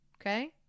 Okay